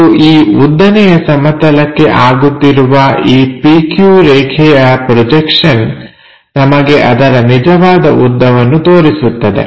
ಮತ್ತು ಈ ಉದ್ದನೆಯ ಸಮತಲಕ್ಕೆ ಆಗುತ್ತಿರುವ ಈ PQ ರೇಖೆಯ ಪ್ರೊಜೆಕ್ಷನ್ ನಮಗೆ ಅದರ ನಿಜವಾದ ಉದ್ದವನ್ನು ತೋರಿಸುತ್ತದೆ